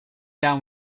down